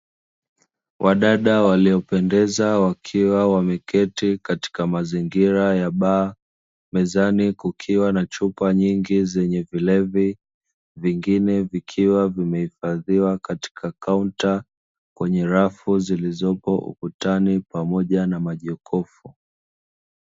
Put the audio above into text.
Wadada waliopendeza wakiwa wameketi katika mazingira ya baa. Mezani kukiwa na chupa nyingi zenye vilevi, vingine vikiwa vimehifadhiwa katika kaunta, kwenye rafu zilizopo ukutani pamoja na majokofu.